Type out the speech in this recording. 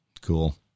cool